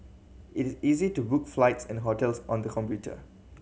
it easy to book flights and hotels on the computer